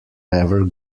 never